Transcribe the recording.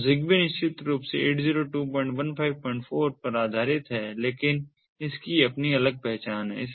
तो ZigBee निश्चित रूप से 802154 पर आधारित है लेकिन इसकी अपनी अलग पहचान है